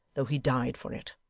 though he died for it.